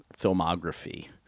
filmography